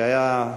שהיה,